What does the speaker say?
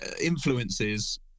influences